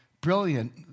Brilliant